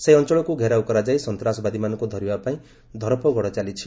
ସେହି ଅଞ୍ଚଳକୁ ଘେରାଉ କରାଯାଇ ସନ୍ତାସବାଦୀମାନଙ୍କୁ ଧରିବା ପାଇଁ ଧରପଗଡ ଚାଲିଛି